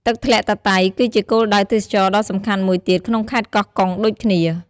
ទឹកធ្លាក់តាតៃ គឺជាគោលដៅទេសចរណ៍ដ៏សំខាន់មួយទៀតក្នុងខេត្តកោះកុងដូចគ្នា។